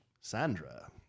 Sandra